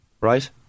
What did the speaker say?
right